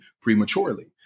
prematurely